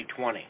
2020